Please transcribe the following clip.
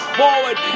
forward